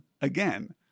again